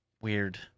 Weird